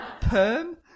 Perm